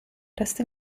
resta